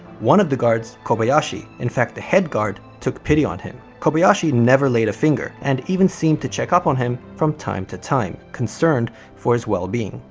one of the guards, kobayashi, in fact the head guard, took pity on him. kobayashi never laid a finger, and even seemed to check up on him from time to time, concerned for his wellbeing.